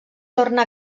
torna